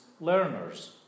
learners